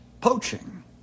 Poaching